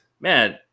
man